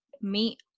meet